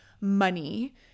money